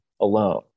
alone